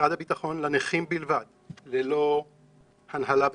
משרד הביטחון לנכים בלבד, ללא הנהלה וכלליות.